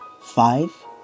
Five